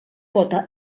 pot